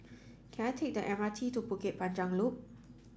can I take the M R T to Bukit Panjang Loop